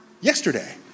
yesterday